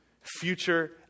future